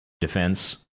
Defense